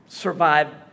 survive